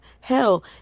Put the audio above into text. Hell